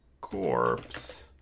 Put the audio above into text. corpse